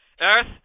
Earth